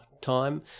time